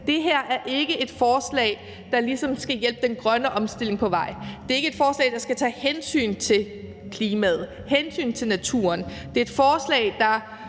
Det her er ikke et forslag, der ligesom skal hjælpe den grønne omstilling på vej. Det er ikke et forslag, der skal tage hensyn til klimaet eller hensyn til naturen. Det er et forslag, der